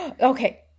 Okay